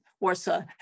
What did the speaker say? Warsaw